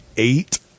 Eight